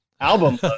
album